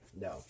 No